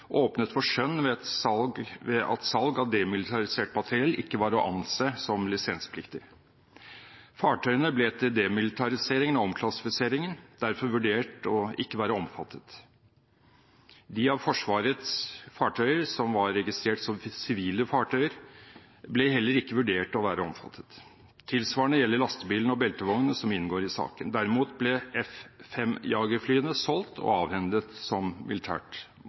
åpnet for skjønn ved at salg av demilitarisert materiell ikke var å anse som lisenspliktig. Fartøyene ble etter demilitariseringen og omklassifiseringen derfor vurdert ikke å være omfattet. De av Forsvarets fartøyer som var registrert som sivile fartøyer, ble heller ikke vurdert å være omfattet. Tilsvarende gjelder lastebilene og beltevognene som inngår i saken. Derimot ble F-5-jagerflyene solgt og avhendet som